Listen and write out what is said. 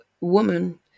woman